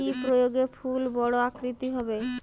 কি প্রয়োগে ফুল বড় আকৃতি হবে?